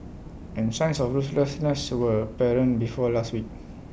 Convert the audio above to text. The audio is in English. and signs of ruthlessness were apparent before last week